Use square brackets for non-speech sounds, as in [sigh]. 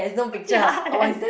[laughs] ya then